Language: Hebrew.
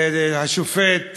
השופט